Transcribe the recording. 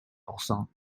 pourcent